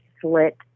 slit